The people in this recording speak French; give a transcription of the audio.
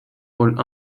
rôle